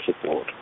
support